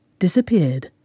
disappeared